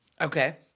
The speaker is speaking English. okay